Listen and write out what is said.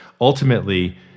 ultimately